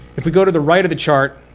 if we go to the right of the chart,